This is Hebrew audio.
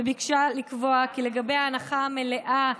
וביקשה לקבוע כי לגבי הנחה מלאה,